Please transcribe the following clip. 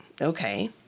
okay